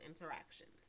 interactions